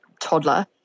toddler